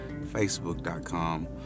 Facebook.com